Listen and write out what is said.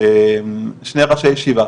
ששני ראשי ישיבה,